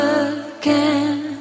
again